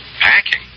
Packing